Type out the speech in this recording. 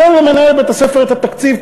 תן למנהל בית-הספר את התקציב,